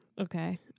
Okay